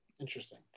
interesting